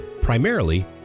primarily